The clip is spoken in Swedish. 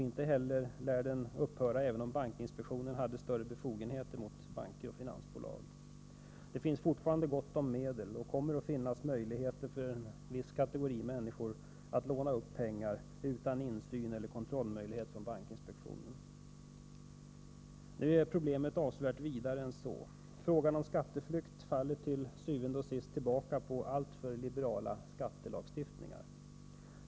Inte heller skulle de upphöra om bankinspektionen hade större befogenheter mot banker och finansbolag. Det finns fortfarande gott om medel, och det kommer att finnas möjligheter för en viss kategori människor att låna pengar, utan insyn eller kontrollmöjlighet för bankinspektionen. Nu är problemet avsevärt större än så. Frågan om skatteflykt faller til syvende og sidst tillbaka på alltför liberala skattelagstiftningar.